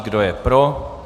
Kdo je pro?